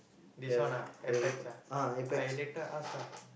this one ah Apex ah I later ask ah